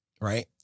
right